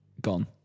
gone